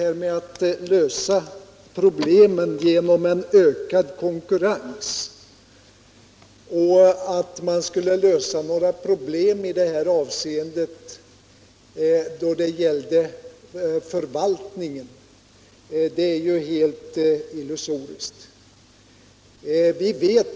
Herr Mattssons beskrivning av hur man skulle kunna komma till rätta med problemen genom ökad konkurrens och av läget då det gällde förvaltningen är helt illusorisk.